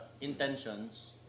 intentions